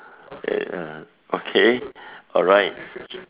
eh uh okay alright